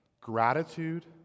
gratitude